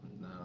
No